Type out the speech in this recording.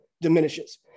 diminishes